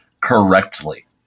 correctly